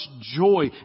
joy